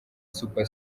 super